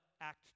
act